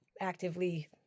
actively